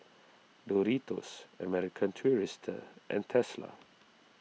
Doritos American Tourister and Tesla